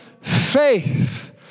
faith